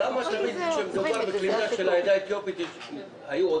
למה תמיד כשמדובר בקליטה של העדה האתיופית יש עודפים?